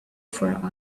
for